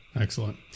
Excellent